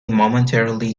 momentarily